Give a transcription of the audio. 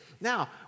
Now